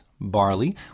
barley